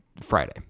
Friday